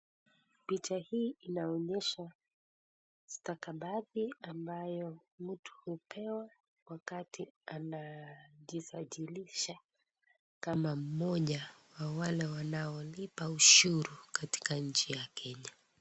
Picha hii inaonyesha stakabadhi ambayo mtu hupewa wakati anajisajilisha kama mmoja wa wale wanaolipa ushuru katika nchi ya Kenya.